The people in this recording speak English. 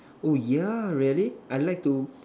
oh yeah really I like to